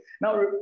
Now